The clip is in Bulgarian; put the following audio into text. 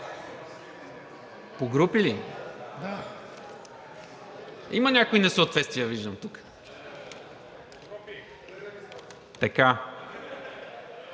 По групи ли? Има някои несъответствия, виждам тук.